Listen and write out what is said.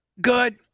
Good